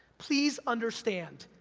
please understand,